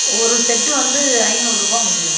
ஒரு செட் வந்து ஐநூறு ரூபாய் முடியும்